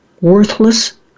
worthless